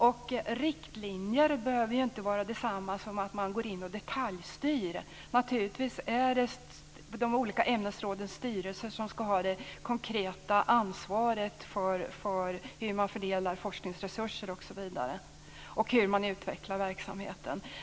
Och riktlinjer behöver ju inte vara detsamma som att man går in och detaljstyr. Naturligtvis är det de olika ämnesrådens styrelser som ska ha det konkreta ansvaret för hur man fördelar forskningsresurser osv. och hur man utvecklar verksamheten.